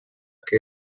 que